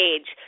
Age